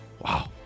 Wow